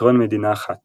פתרון מדינה אחת